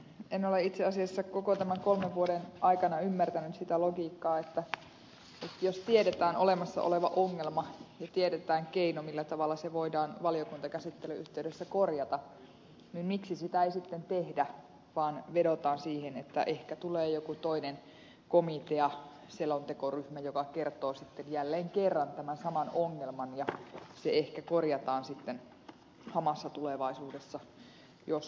en ole itse asiassa koko tämän kolmen vuoden aikana ymmärtänyt sitä logiikkaa että jos tiedetään olemassa oleva ongelma ja tiedetään keino millä tavalla se voidaan valiokuntakäsittelyn yhteydessä korjata niin miksi sitä sitten ei tehdä vaan vedotaan siihen että ehkä tulee joku toinen komitea selontekoryhmä joka kertoo sitten jälleen kerran tämän saman ongelman ja se ehkä korjataan sitten hamassa tulevaisuudessa jos korjataan